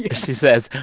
she says,